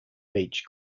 beach